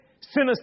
sinister